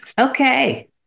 okay